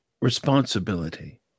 responsibility